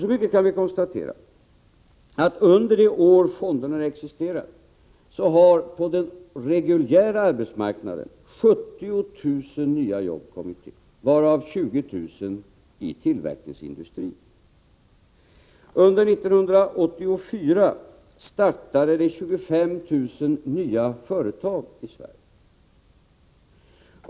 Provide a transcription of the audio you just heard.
Så mycket kan vi konstatera att under det år fonderna har existerat har på den reguljära arbetsmarknaden 70 000 nya jobb kommit till, varav 20 000 i tillverkningsindustrin. Under 1984 startades det 25 000 nya företag i Sverige.